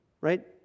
right